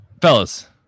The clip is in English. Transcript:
Fellas